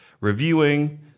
reviewing